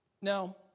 Now